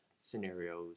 scenarios